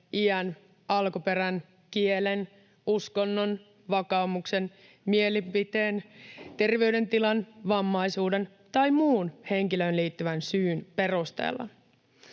iän, alkuperän, kielen, uskonnon, vakaumuksen, mielipiteen, terveydentilan, vammaisuuden tai muun henkilöön liittyvän syyn perusteella.